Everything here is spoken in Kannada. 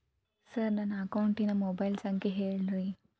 ಸರ್ ನನ್ನ ಅಕೌಂಟಿನ ಮೊಬೈಲ್ ಸಂಖ್ಯೆ ಹೇಳಿರಿ